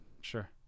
sure